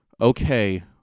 Okay